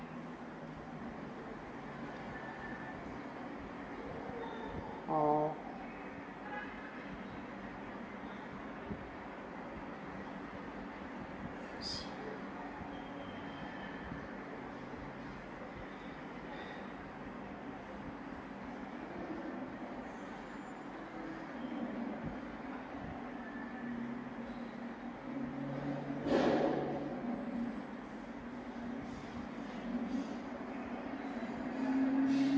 oh